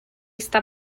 está